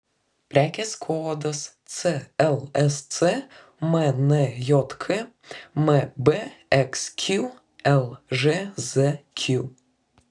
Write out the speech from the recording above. prekės kodas clsc mnjk mbxq lžzq